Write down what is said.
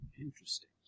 Interesting